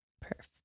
Perfect